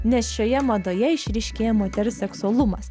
nes šioje madoje išryškėja moters seksualumas